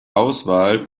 auswahl